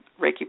Reiki